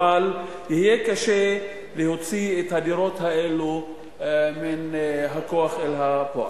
אבל יהיה קשה להוציא את הדירות האלה מן הכוח אל הפועל.